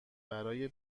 برای